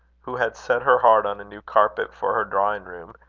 who had set her heart on a new carpet for her drawing-room,